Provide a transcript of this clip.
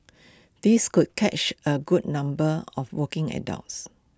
this could catch A good number of working adults